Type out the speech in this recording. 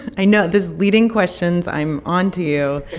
i know these leading questions i'm on to you.